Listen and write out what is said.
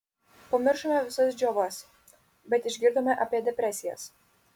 pamiršome visas džiovas bet išgirdome apie depresijas